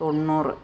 തൊണ്ണൂറ്